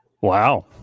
Wow